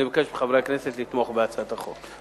אני מבקש מחברי הכנסת לתמוך בהצעת החוק.